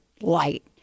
light